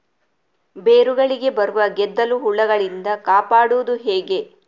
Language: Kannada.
ಬೇರುಗಳಿಗೆ ಬರುವ ಗೆದ್ದಲು ಹುಳಗಳಿಂದ ಕಾಪಾಡುವುದು ಹೇಗೆ?